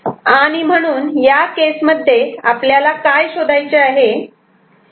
आणि म्हणून या केस मध्ये आपल्याला काय शोधायचे आहे